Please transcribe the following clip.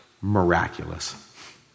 miraculous